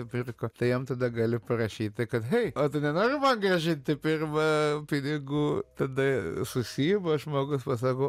nupirko tai jam tada gali parašyti kad hei o tu nenori man grąžinti pirma pinigų tada susiima žmogus pasako